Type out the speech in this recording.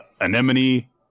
Anemone